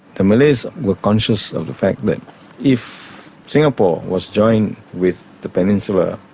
the malays were conscious of the fact that if singapore was joined with the peninsula,